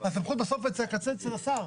הסמכות בסוף בקצה אצל השר.